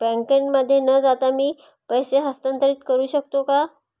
बँकेमध्ये न जाता मी पैसे हस्तांतरित करू शकतो का?